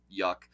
Yuck